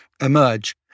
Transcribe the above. emerge